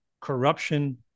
corruption